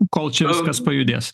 kol čia viskas pajudės